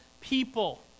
people